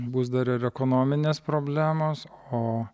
bus dar ir ekonominės problemos o